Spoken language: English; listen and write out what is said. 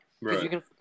Right